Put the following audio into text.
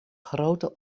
grote